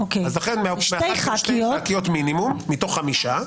בשתי ח"כיות מינימום מתוך חמישה,